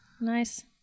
nice